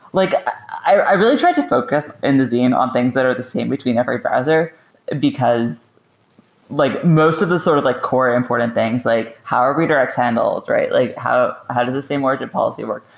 like i really try to focus in the zine on things that are the same between every browser because like most of the sort of like core important things, like how are redirects handled? like how how do the same origin policy work?